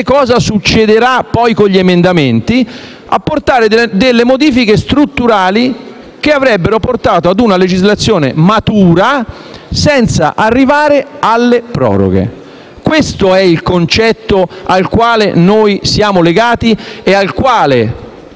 cosa succederà con gli emendamenti). Avremmo potuto apportare delle modifiche strutturali, che avrebbero portato a una legislazione matura senza arrivare alle proroghe. Questo è il concetto al quale noi siamo legati e al quale